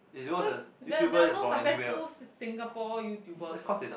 where there are there are no successful s~ s~ Singapore YouTubers okay